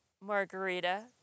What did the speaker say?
margarita